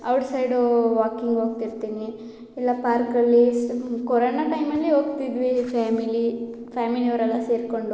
outside walking ಹೋಗ್ತಿರ್ತೀನಿ ಇಲ್ಲ ಪಾರ್ಕಲ್ಲಿ ಸು ಕೊರೋನ ಟೈಮಲ್ಲಿ ಹೋಗ್ತಿದ್ವಿ ಫ್ಯಾಮಿಲಿ ಅವರೆಲ್ಲ ಸೇರ್ಕೊಂಡು